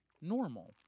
normal